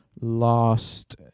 last